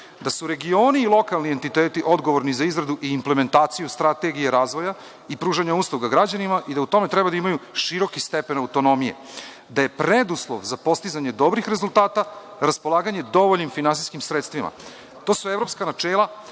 da su regioni i lokalni entiteti odgovorni za izradu i implementaciju strategije razvoja i pružanja usluga građanima i da u tome treba da imaju široki stepen autonomije, da je preduslov za postizanje dobrih rezultata raspolaganje dovoljnim finansijskim sredstvima. To su evropska načela